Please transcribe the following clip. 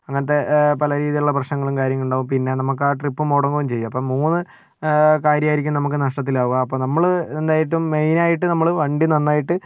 അങ്ങനത്തെ പല രീതിയിലുള്ള പ്രശ്നങ്ങളും കാര്യങ്ങളുണ്ടാകും പിന്നെ നമുക്കാ ട്രിപ്പ് മുടങ്ങും ചെയ്യും അപ്പോൾ മൂന്ന് കാര്യമായിരിക്കും നമുക്ക് നഷ്ടത്തിലാവുക അപ്പോൾ നമ്മൾ എന്തായിട്ടും മെയിൻ ആയിട്ട് നമ്മൾ വണ്ടി നന്നായിട്ട്